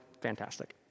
Fantastic